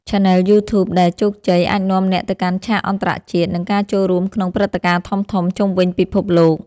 ឆានែលយូធូប ដែលជោគជ័យអាចនាំអ្នកទៅកាន់ឆាកអន្តរជាតិ និងការចូលរួមក្នុងព្រឹត្តិការណ៍ធំៗជុំវិញពិភពលោក។